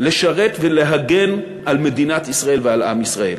לשרת ולהגן על מדינת ישראל ועל עם ישראל.